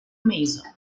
mason